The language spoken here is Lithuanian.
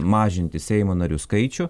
mažinti seimo narių skaičių